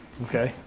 okay,